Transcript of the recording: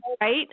right